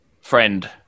friend